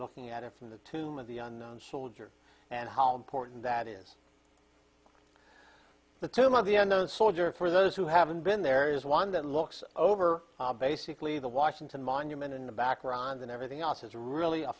looking at it from the tomb of the unknown soldier and how important that is the tomb of the on those soldier for those who haven't been there is one that looks over basically the washington monument in the background and everything else is really a